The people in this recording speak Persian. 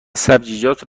سبزیجات